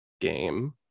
game